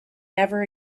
never